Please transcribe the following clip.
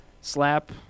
slap